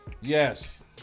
Yes